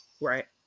right